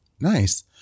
Nice